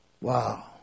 Wow